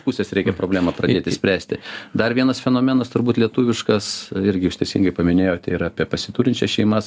pusės reikia problemą pradėti spręsti dar vienas fenomenas turbūt lietuviškas irgi jūs teisingai paminėjot yra apie pasiturinčias šeimas